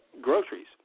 groceries